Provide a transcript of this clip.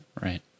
Right